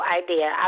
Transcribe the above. idea